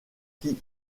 qui